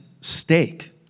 stake